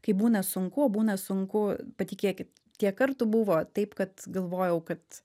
kai būna sunku o būna sunku patikėkit tiek kartų buvo taip kad galvojau kad